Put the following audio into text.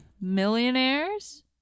millionaires